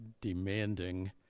demanding